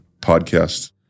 podcast